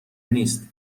نیست